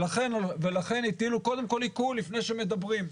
ולכן קודם כל הטילו עיקול לפני שמדברים.